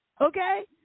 Okay